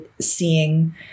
seeing